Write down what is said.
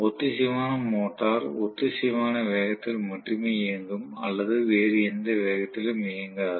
ஒத்திசைவான மோட்டார் ஒத்திசைவான வேகத்தில் மட்டுமே இயங்கும் அல்லது வேறு எந்த வேகத்திலும் இயங்காது